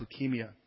leukemia